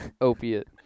opiate